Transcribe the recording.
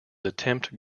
attempt